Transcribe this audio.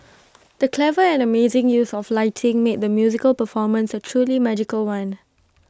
the clever and amazing use of lighting made the musical performance A truly magical one